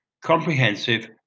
comprehensive